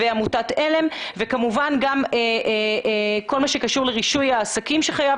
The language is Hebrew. עמותת על"ם וכמובן גם כל מה שקשור לרישוי עסקים שחייב